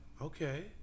okay